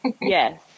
Yes